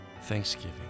thanksgiving